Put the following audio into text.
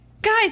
Guys